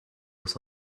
was